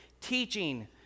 teaching